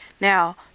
Now